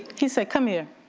he said, come here